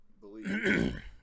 believe